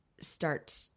start